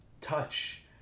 touch